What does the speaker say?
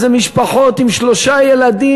זה משפחות עם שלושה ילדים,